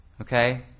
okay